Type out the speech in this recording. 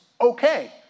okay